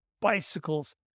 bicycles